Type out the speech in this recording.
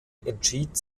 entschied